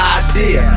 idea